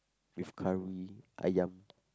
with curry ayam